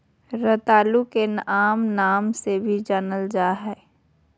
रतालू के आम नाम से भी जानल जाल जा हइ